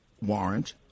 warrant